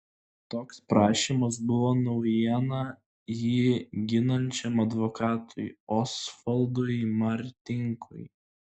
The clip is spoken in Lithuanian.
toks prašymas buvo naujiena jį ginančiam advokatui osvaldui martinkui